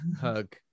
hug